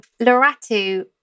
Loratu